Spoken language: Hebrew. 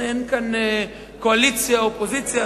אין כאן קואליציה או אופוזיציה.